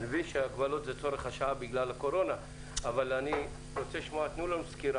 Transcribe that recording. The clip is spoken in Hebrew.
אני מבין שההגבלות זה צורך השעה בגלל הקורונה אבל אני רוצה לשמוע סקירה.